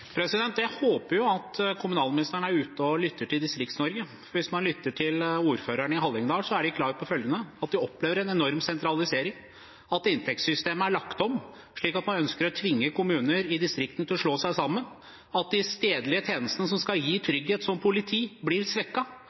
Jeg håper jo at kommunalministeren er ute og lytter til Distrikts-Norge. Hvis man lytter til ordførerne i Hallingdal, er de klar på at de opplever en enorm sentralisering, at inntektssystemet er lagt om slik at man ønsker å tvinge kommuner i distriktene til å slå seg sammen, at de stedlige tjenestene som skal gi trygghet – som politi – blir